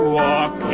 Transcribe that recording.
walk